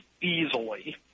easily